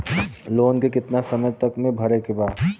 Loan के कितना समय तक मे भरे के बा?